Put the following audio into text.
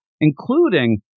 including